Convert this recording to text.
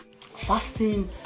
Fasting